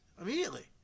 immediately